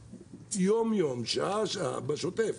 יום-יום, שעה-שעה, בשוטף.